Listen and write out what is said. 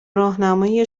راهنمایی